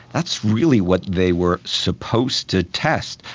that's really what they were supposed to test,